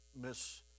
miss